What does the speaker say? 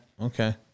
okay